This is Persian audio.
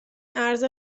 ارز